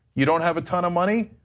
you don't have a ton of money?